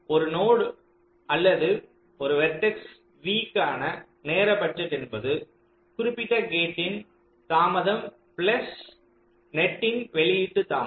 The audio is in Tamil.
ஒரு நோடு அல்லது ஒரு வெர்டெக்ஸ் v க்கான நேர பட்ஜெட் என்பது குறிப்பிட்ட கேட்டின் தாமதம் பிளஸ் நெட்டின் வெளியீட்டு தாமதம்